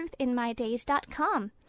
truthinmydays.com